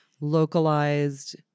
localized